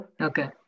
Okay